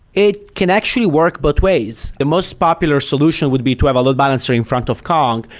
it can actually work both ways. the most popular solution would be to have a load balancer in front of kong,